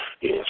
Yes